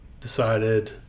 decided